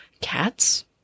cats